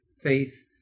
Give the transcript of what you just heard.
faith